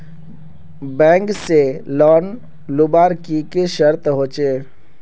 Bank से loan लुबार की की शर्त होचए?